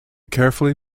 carefully